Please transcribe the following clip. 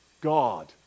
God